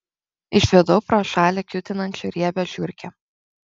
išvydau pro šalį kiūtinančią riebią žiurkę